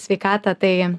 sveikatą tai